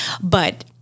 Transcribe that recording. But-